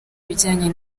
ibijyanye